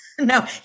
No